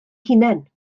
hunain